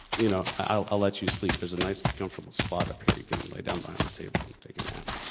you know, i'll, i'll let you sleep. there's a nice and comfortable spot up here, you can lie down behind the table and take a nap.